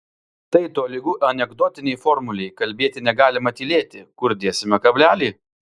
tai tolygu anekdotinei formulei kalbėti negalima tylėti kur dėsime kablelį